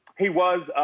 he was,